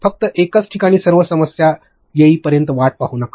फक्त एकाच ठिकाणी सर्व संभाव्य समस्या येईपर्यंत वाट बघू नका